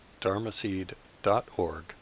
dharmaseed.org